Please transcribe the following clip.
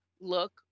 look